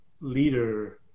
leader